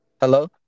Hello